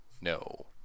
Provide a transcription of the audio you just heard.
no